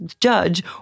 Judge